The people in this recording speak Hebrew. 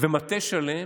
למטה שלם.